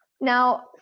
now